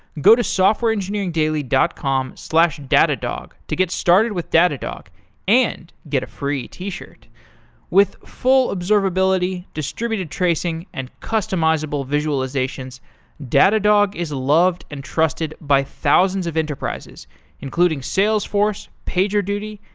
go to softwareengineeringdaily dot com slash datadog to get started with datadog and get a free t-shirt. with observability, distributed tracing, and customizable visualizations datadog is loved and trusted by thousands of enterprises including salesforce, pagerduty,